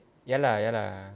ya lah ya lah